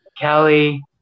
kelly